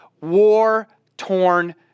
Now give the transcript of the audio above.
war-torn